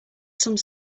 some